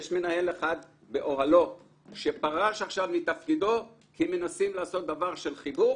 יש מנהל אחד באוהלו שפרש עכשיו מתפקידו כי מנסים לעשות דבר של חיבור